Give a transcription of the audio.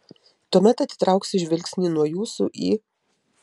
tuomet atitrauksiu žvilgsnį nuo jūsų į